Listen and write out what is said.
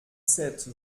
sept